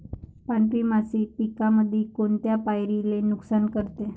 पांढरी माशी पिकामंदी कोनत्या पायरीले नुकसान करते?